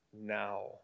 now